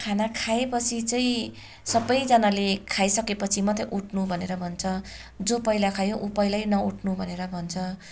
खाना खाएपछि चाहिँ सबैजनाले खाइसकेपछि मात्रै उठ्नु भनेर भन्छ जो पहिला खायो ऊ पहिलाई नउठ्नु भनेर भन्छ